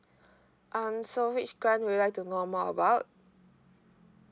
um so which grant would you like to know more about